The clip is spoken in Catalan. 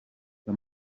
que